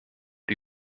die